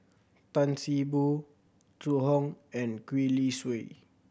Tan See Boo Zhu Hong and Gwee Li Sui